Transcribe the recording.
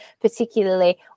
particularly